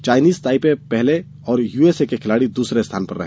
Chinese Taipei पहले और USA के खिलाड़ी दूसरे स्थान पर रहे